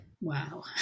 Wow